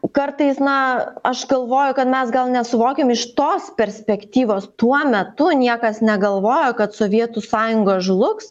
kartais na aš galvoju kad mes gal nesuvokiam iš tos perspektyvos tuo metu niekas negalvojo kad sovietų sąjunga žlugs